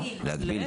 להגביל.